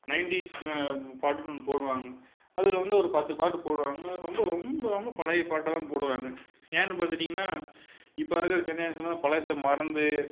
nineties பாட்டுன்னு ஒன்று போடுவாங்க அதில் வந்து ஒரு பத்து பாட்டு போடுவாங்க ரொம்ப ரொம்ப ரொம்ப பழைய பாட்டைதான் போடுவாங்க ஏன்னு பார்த்திட்டிங்கனா இப்போ இருக்கிற ஜென்ரேஷனைதான் பழசை மறந்து